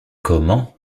comment